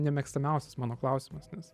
nemėgstamiausias mano klausimas nes